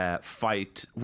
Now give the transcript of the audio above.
fight